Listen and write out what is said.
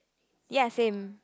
ya same